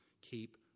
Keep